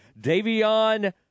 Davion